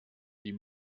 die